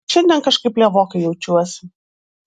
šiandien kažkaip lievokai jaučiuosi